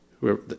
whoever